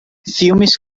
filmes